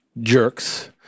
jerks